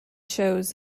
shows